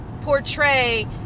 portray